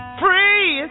free